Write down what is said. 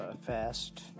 fast